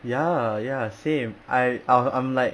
ya ya same I um I'm like